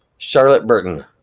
charlotte burton,